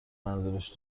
منظورش